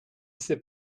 sait